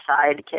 sidekick